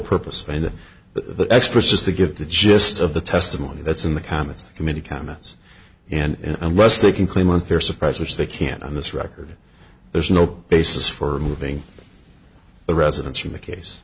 purpose and the experts just to get the gist of the testimony that's in the commons committee comments and unless they can claim unfair surprise which they can't on this record there's no basis for moving residence from the case